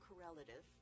correlative